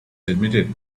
admitted